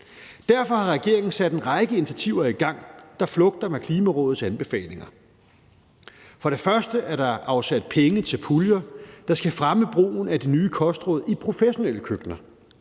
Derfor har regeringen sat en række initiativer i gang, der flugter med Klimarådets anbefalinger. For det første er der afsat penge til puljer, der skal fremme brugen af de nye kostråd i professionelle køkkener.